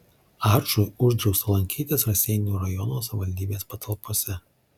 ačui uždrausta lankytis raseinių rajono savivaldybės patalpose